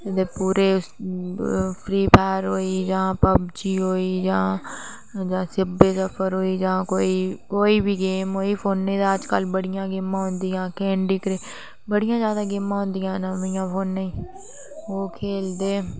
पूरे Free Fire होई गेई जां पबजी होई गेई जां सबवे सफर होई गेई जां कोई बी गेंम होई गेई फोने च ते अजकल बडियां गेमां ना केंडी करश बड़ी ज्यादा गेमा होंदी ना फोने च ओह् खेलदे ना